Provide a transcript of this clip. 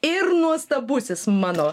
ir nuostabusis mano